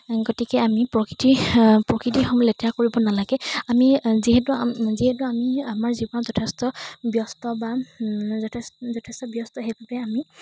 গতিকে আমি প্ৰকৃতি প্ৰকৃতিসমূহ লেতেৰা কৰিব নালাগে আমি যিহেতু যিহেতু আমি আমাৰ জীৱনত যথেষ্ট ব্যস্ত বা যথেষ্ট যথেষ্ট ব্যস্ত সেইবাবে আমি